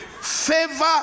Favor